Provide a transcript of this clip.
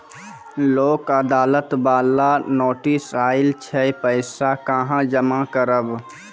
लोक अदालत बाला नोटिस आयल छै पैसा कहां जमा करबऽ?